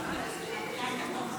השולחן.